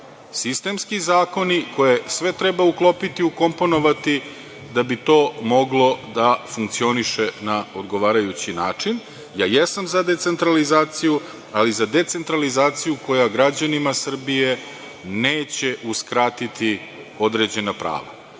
sistemski zakoni koje sve treba uklopiti, ukomponovati da bi to moglo da funkcioniše na odgovarajući način. Ja jesam za decentralizaciju, ali za decentralizaciju koja građanima Srbije neće uskratiti određena